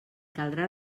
caldrà